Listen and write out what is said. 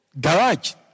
garage